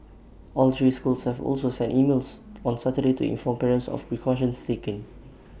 all three schools have also sent emails on Saturday to inform parents of precautions taken